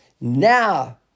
Now